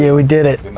yeah we did it.